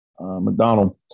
McDonald